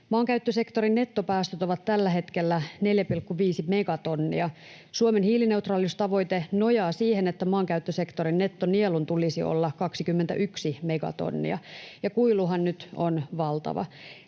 maankäyttösektorin nettopäästöt ovat tällä hetkellä 4,5 megatonnia. Suomen hiilineutraaliustavoite nojaa siihen, että maankäyttösektorin nettonielun tulisi olla 21 megatonnia, ja kuiluhan nyt on valtava.